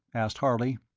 asked harley.